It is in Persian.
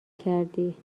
کردی